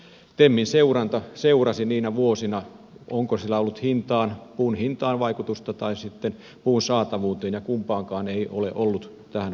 temin seuranta seurasi niinä vuosina onko sillä ollut puun hintaan tai sitten puun saatavuuteen vaikutusta ja kumpaankaan ei ole ollut tällä vaikutusta